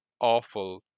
awful